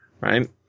right